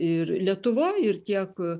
ir lietuvoj ir tiek